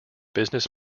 business